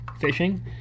fishing